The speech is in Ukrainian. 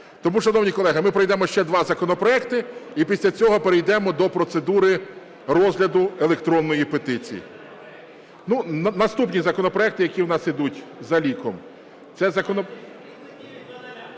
Тому, шановні колеги, ми пройдемо ще два законопроекти і після цього перейдемо до процедури розгляду електронної петиції. Наступні законопроекти, які у нас ідуть за ліком.